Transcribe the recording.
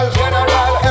general